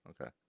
okay